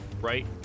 right